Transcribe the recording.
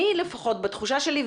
אני לפחות בתחושה שלי,